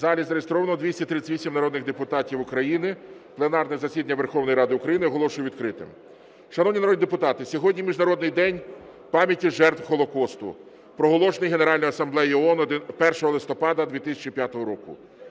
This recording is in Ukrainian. У залі зареєстровано 238 народних депутатів України. Пленарне засідання Верховної Ради України оголошую відкритим. Шановні народні депутати, сьогодні Міжнародний день пам'яті жертв Голокосту, проголошений Генеральною Асамблеєю ООН 1 листопада 2005 року.